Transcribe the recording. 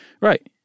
Right